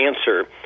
answer